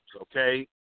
okay